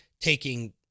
taking